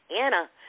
Anna